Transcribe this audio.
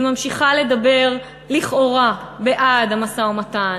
היא ממשיכה לדבר לכאורה בעד המשא-ומתן,